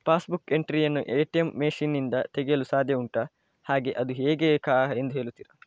Pass book entry ಯನ್ನು ATM machine ನಿಂದ ತೆಗೆಯಲು ಸಾಧ್ಯ ಉಂಟಾ ಹಾಗೆ ಅದು ಹೇಗೆ ಎಂದು ಹೇಳುತ್ತೀರಾ?